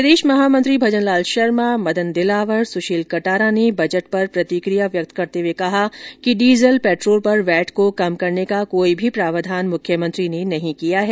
प्रदेश महामंत्री भजनलाल शर्मा मदन दिलावर सुशील कटारा ने बजट पर प्रतिक्रिया व्यक्त करते हुए कहा कि डीजल पेट्रोल पर वैट को कम करने का भी कोई प्रावधान मुख्यमंत्री ने नहीं किया है